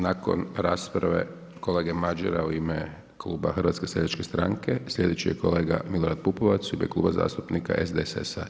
Nakon rasprave kolege Madjera u ime kluba HSS-a, sljedeći je kolega Milorad Pupovac u ime Kluba zastupnika SDSS-a.